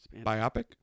Biopic